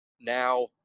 Now